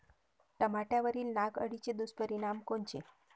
टमाट्यावरील नाग अळीचे दुष्परिणाम कोनचे?